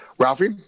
Ralphie